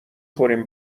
خوریم